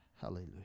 hallelujah